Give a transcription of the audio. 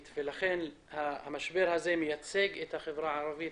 ולכן המשבר הזה מייצג את החברה הערבית